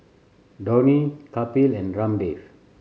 Dhoni Kapil and Ramdev